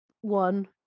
one